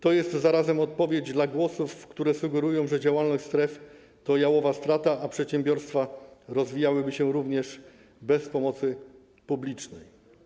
To jest zarazem odpowiedź na głosy, które sugerują, że działalność stref to jałowa strata, a przedsiębiorstwa rozwijałyby się również bez pomocy publicznej.